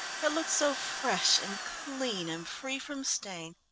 it looked so fresh and clean and free from stain.